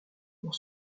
pour